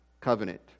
covenant